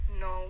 No